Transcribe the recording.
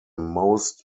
most